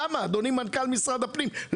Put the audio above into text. אדוני מנכ"ל משרד הפנים,